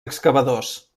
excavadors